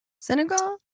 Senegal